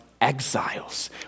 exiles